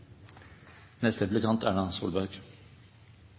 Neste replikant